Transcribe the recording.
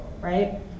Right